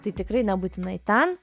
tai tikrai nebūtinai ten